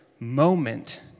Moment